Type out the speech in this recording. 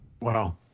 Wow